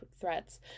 threats